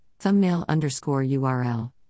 thumbnail-underscore-url